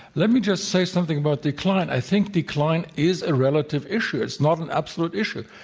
let me just say something about decline. i think decline is a relative issue. it's not an absolute issue.